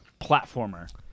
platformer